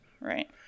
right